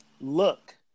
look